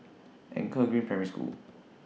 Anchor Green Primary School